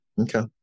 Okay